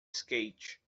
skate